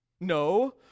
No